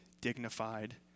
dignified